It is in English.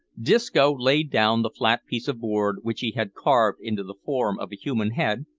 disco laid down the flat piece of board which he had carved into the form of a human head,